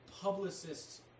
publicist's